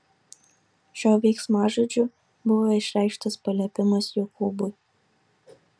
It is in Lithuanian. šiuo veiksmažodžiu buvo išreikštas paliepimas jokūbui